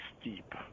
steep